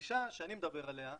בגישה שאני מדבר עליה,